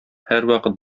һәрвакыт